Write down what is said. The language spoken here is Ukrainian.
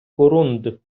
корунд